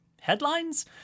headlines